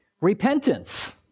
Repentance